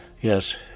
yes